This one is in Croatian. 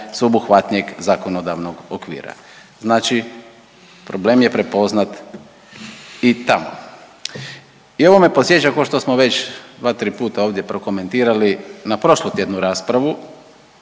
sveobuhvatnijeg zakonodavnog okvira, znači problem je prepoznat i tamo. I ovo me podsjeća košto smo već 2-3 puta ovdje prokomentirali na prošlotjednu raspravu